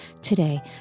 Today